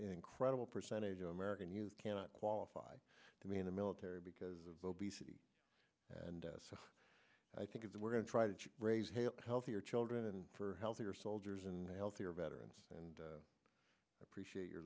incredible percentage of american youth cannot qualify to be in the military because of obesity and so i think the we're going to try to raise healthier children and for healthier soldiers and healthier veterans and appreciate your